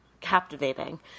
captivating